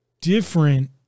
different